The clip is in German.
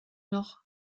noch